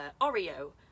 Oreo